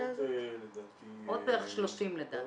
עוד בערך 30 לדעתי.